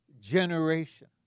generation